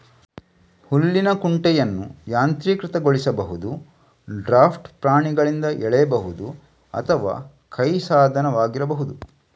ಹುಲ್ಲಿನ ಕುಂಟೆಯನ್ನು ಯಾಂತ್ರೀಕೃತಗೊಳಿಸಬಹುದು, ಡ್ರಾಫ್ಟ್ ಪ್ರಾಣಿಗಳಿಂದ ಎಳೆಯಬಹುದು ಅಥವಾ ಕೈ ಸಾಧನವಾಗಿರಬಹುದು